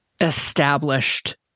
established